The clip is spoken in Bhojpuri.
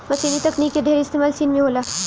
मशीनी तकनीक के ढेर इस्तेमाल चीन में होला